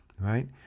right